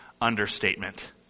understatement